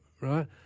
right